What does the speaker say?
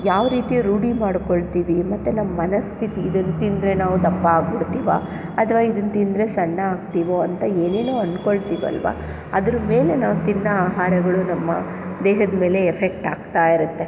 ಯಾವ ರೀತಿ ರೂಢಿ ಮಾಡಿಕೊಳ್ತೀವಿ ಮತ್ತು ನಮ್ಮ ಮನಸ್ಥಿತಿ ಇದನ್ನ ತಿಂದರೆ ನಾವು ದಪ್ಪ ಆಗಿಬಿಡ್ತೀವಾ ಅಥವಾ ಇದನ್ನ ತಿಂದರೆ ಸಣ್ಣ ಆಗ್ತೀವೋ ಅಂತ ಏನೇನೋ ಅನ್ಕೊಳ್ತೀವಲ್ವಾ ಅದ್ರಮೇಲೆ ನಾವು ತಿನ್ನೋ ಆಹಾರಗಳು ನಮ್ಮ ದೇಹದಮೇಲೆ ಎಫೆಕ್ಟಾಗ್ತಾಯಿರುತ್ತೆ